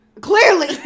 Clearly